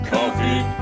Coffee